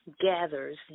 Gathers